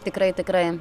tikrai tikrai